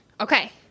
okay